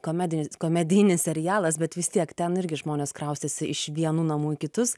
komedinis komedijinis serialas bet vis tiek ten irgi žmonės kraustėsi iš vienų namų į kitus